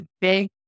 big